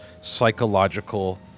psychological